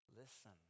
listen